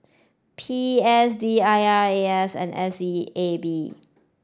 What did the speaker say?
P S D I R A S and S E A B